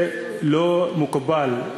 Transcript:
זה לא מקובל.